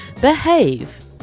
behave